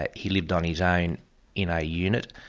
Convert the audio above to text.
ah he lived on his own in a unit,